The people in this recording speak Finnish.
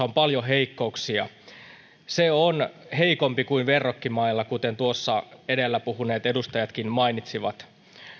on paljon heikkouksia se on heikompi kuin verrokkimailla kuten edellä puhuneet edustajatkin mainitsivat